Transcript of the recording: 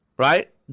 right